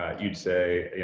ah you'd say,